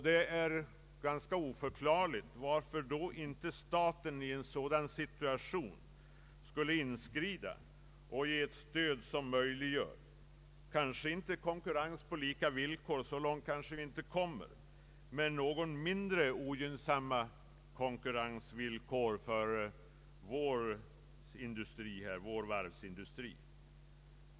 Det är då ganska oförklarligt varför regeringen motsätter sig att staten i en sådan situation skall inskrida och ge ett stöd som möjliggör, kanske inte konkurrens på lika villkor — så långt kanske vi inte kommer — men något mindre ogynnsamma konkurrenssituationer för vår varvsindustri.